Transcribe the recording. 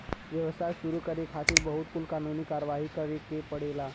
व्यवसाय शुरू करे खातिर बहुत कुल कानूनी कारवाही करे के पड़ेला